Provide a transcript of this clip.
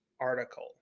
article